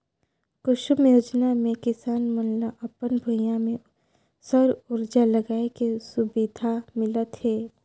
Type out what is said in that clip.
कुसुम योजना मे किसान मन ल अपन भूइयां में सउर उरजा लगाए के सुबिधा मिलत हे